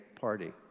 party